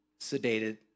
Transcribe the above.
sedated